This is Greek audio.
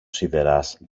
σιδεράς